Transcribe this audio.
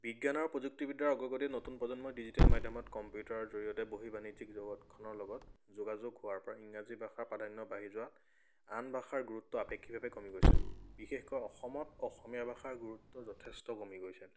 বিজ্ঞান আৰু প্ৰযুক্তিবিদ্যাৰ আগ্ৰগতিত নতুন প্ৰজন্মই ডিজিটেল মাধ্যমত কম্পিউটাৰৰ জৰিয়তে বহি বাণিজ্যিক জগতখনৰ লগত যোগাযোগ হোৱাৰ পৰা ইংৰাজী ভাষা প্ৰাধান্য বাঢ়ি যোৱাত আন ভাষাৰ গুৰুত্ব আপেক্ষিভাৱে কমি গৈছে বিশেষকৈ অসমত অসমীয়া ভাষাৰ গুৰুত্ব যথেষ্ট কমি গৈছে